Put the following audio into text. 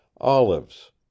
olives